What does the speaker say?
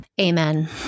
Amen